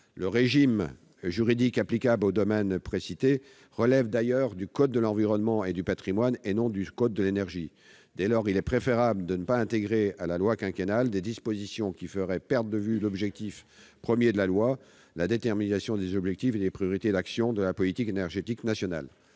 Le régime juridique applicable aux domaines précités relève d'ailleurs non du code de l'énergie, mais du code de l'environnement. Dès lors, il est préférable de ne pas intégrer à la loi quinquennale des dispositions qui feraient perdre de vue son objectif premier : la détermination des objectifs et des priorités d'action de la politique énergétique nationale.